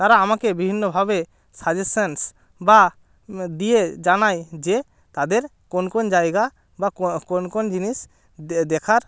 তারা আমাকে বিভিন্নভাবে সাজেসান্স বা দিয়ে জানায় যে তাদের কোন কোন জায়গা বা কোন কোন জিনিস দেখার